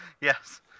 Yes